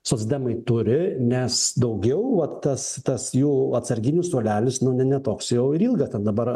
socdemai turi nes daugiau va tas tas jų atsarginių suolelis nu ne ne toks jau ir ilgas ten dabar